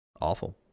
awful